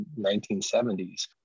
1970s